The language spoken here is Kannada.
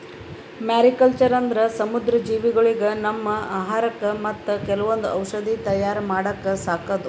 ಮ್ಯಾರಿಕಲ್ಚರ್ ಅಂದ್ರ ಸಮುದ್ರ ಜೀವಿಗೊಳಿಗ್ ನಮ್ಮ್ ಆಹಾರಕ್ಕಾ ಮತ್ತ್ ಕೆಲವೊಂದ್ ಔಷಧಿ ತಯಾರ್ ಮಾಡಕ್ಕ ಸಾಕದು